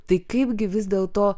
tai kaipgi vis dėl to